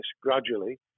gradually